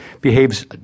behaves